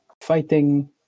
fighting